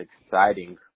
exciting